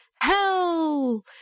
hell